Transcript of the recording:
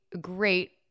great